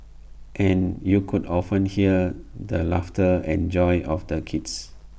and you could often hear the laughter and joy of the kids